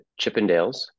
Chippendales